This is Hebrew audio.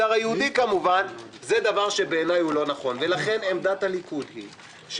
כזאת עד לאוקטובר 2019,